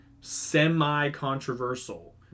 semi-controversial